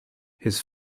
his